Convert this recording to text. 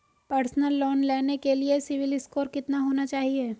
Personal loan लेने के लिए सिबिल स्कोर कितना होना चाहिए?